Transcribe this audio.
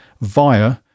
via